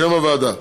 שם הוועדה: